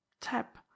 tap